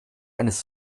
eines